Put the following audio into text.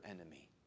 enemy